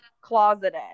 closeted